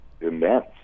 immense